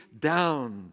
down